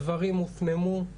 הדברים הופנמו,